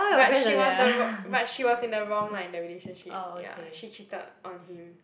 but she was the wr~ but she was in the wrong lah in the relationship ya she cheated on him